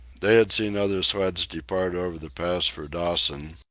they had seen other sleds depart over the pass for dawson,